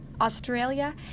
Australia